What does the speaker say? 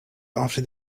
after